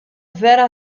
vera